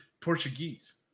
Portuguese